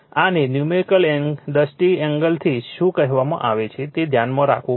આને ન્યૂમેરિકલ દૃષ્ટિએંગલથી શું કહેવામાં આવે છે તે ધ્યાનમાં રાખવું પડશે